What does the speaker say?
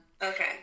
Okay